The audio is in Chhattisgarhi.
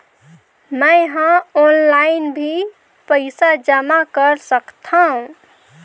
मैं ह ऑनलाइन भी पइसा जमा कर सकथौं?